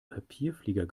papierflieger